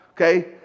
Okay